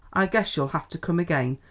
i guess you'll have to come again,